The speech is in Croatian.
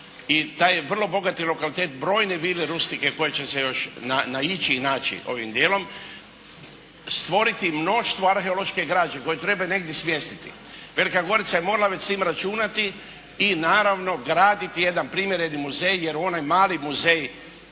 i taj je vrlo bogati lokalitet, brojne vile rustike koje će se još naići i naći ovim dijelom, stvoriti mnoštvo arheološke građe koje treba negdje smjestiti. Velika Gorica je morala već sa time računati i naravno graditi jedan primjereni muzej, jer u onaj mali muzej